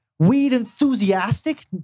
weed-enthusiastic